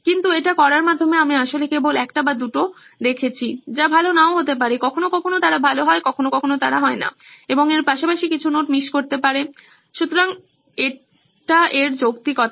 কিন্তু এটি করার মাধ্যমে আমি আসলে কেবল একটি বা দুটি দেখছি যা ভাল নাও হতে পারে কখনও কখনও তারা ভাল হয় কখনও কখনও তারা হয় না এবং পাশাপাশি কিছু নোট মিস করতে পারে সুতরাং এটি এর যৌক্তিকতা